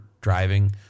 driving